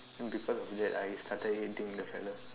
then people thought that I started hitting that fella